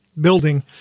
building